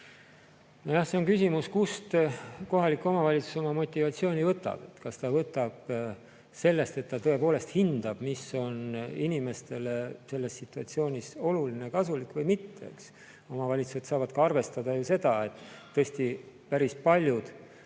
see on küsimus, kust kohalik omavalitsus oma motivatsiooni võtab – kas ta võtab sellest, et ta tõepoolest hindab, mis on inimestele selles situatsioonis oluline ja kasulik, või mitte. Eks omavalitsused saavad ka arvestada seda, et tõesti päris paljud